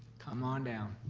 come on down.